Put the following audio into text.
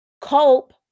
Cope